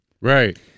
Right